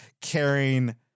carrying